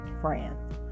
friends